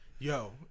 Yo